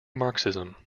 marxism